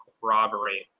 corroborate